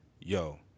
Yo